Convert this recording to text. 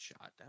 shot